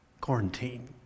quarantine